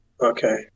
Okay